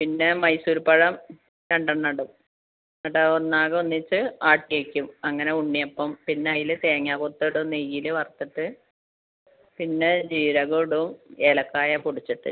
പിന്നെ മൈസൂര് പഴം രണ്ടെണ്ണം ഇടും എന്നിട്ട് ഒന്നാകെ ഒന്നിച്ച് ആട്ടി വെക്കും അങ്ങനെ ഉണ്ണിയപ്പം പിന്നെ അതിൽ തേങ്ങ കൊത്തിയിടും നെയ്യിൽ വറുത്തിട്ട് പിന്നെ ജീരകം ഇടും ഏലക്കായ പൊടിച്ചിട്ട്